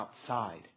outside